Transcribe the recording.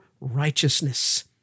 righteousness